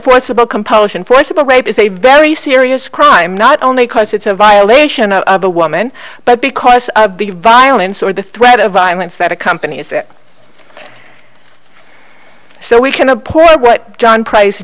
forcible compulsion forcible rape is a very serious crime not only because it's a violation of the woman but because of the violence or the threat of violence that accompanies it so we can apply what john price